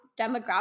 demographic